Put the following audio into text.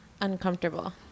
uncomfortable